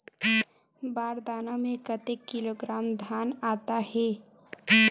बार दाना में कतेक किलोग्राम धान आता हे?